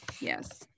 yes